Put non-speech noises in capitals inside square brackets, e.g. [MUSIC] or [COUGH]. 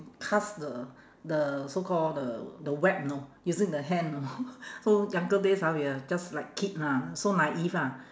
cast the the so call the the web know using the hand know [LAUGHS] so younger days ah we are just like kid lah so naive ah